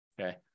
okay